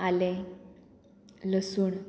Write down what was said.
आलें लसूण